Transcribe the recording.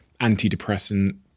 antidepressant